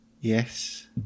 Yes